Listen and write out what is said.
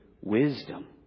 Wisdom